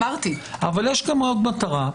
אבל יש עוד מטרה.